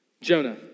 Jonah